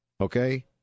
Okay